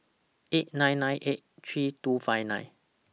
eight nine nine eight three two five nine